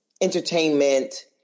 entertainment